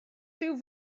rhyw